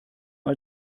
mal